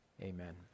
Amen